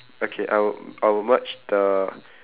okay I wou~ I would merge the